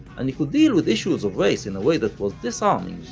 and he could deal with issues of race in a way that was disarming,